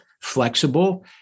flexible